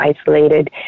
isolated